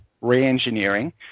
re-engineering